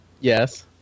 Yes